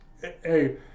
Hey